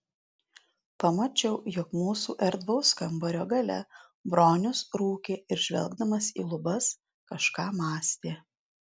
pamačiau jog mūsų erdvaus kambario gale bronius rūkė ir žvelgdamas į lubas kažką mąstė